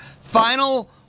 Final